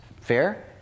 Fair